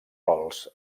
rols